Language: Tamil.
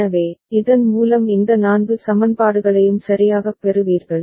எனவே இதன் மூலம் இந்த 4 சமன்பாடுகளையும் சரியாகப் பெறுவீர்கள்